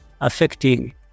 affecting